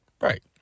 Right